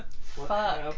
Fuck